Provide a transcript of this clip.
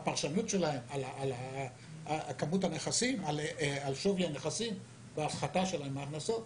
הפרשנות שלהם לשווי הנכסים וההפחתה שלהם מההכנסות.